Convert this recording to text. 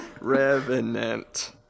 Revenant